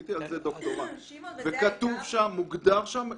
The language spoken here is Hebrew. עשיתי על זה דוקטורט ומוגדר שם מרחק.